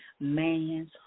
man's